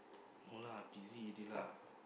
no lah busy already lah